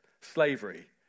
slavery